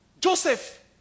Joseph